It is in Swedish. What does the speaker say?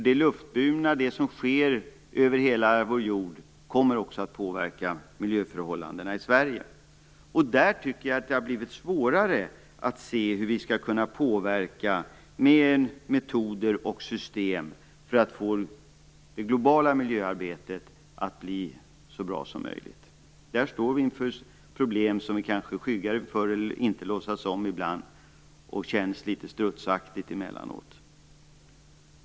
Det som sker med luften över hela vår jord kommer också att påverka miljöförhållandena i Sverige. Där tycker jag att det har blivit svårare att se hur vi skall kunna påverka med metoder och system för att få det globala miljöarbetet att bli så bra som möjligt. Där står vi inför problem som vi kanske skyggar inför eller kanske inte låtsas om ibland. Det kan kännas litet strutsaktigt emellanåt.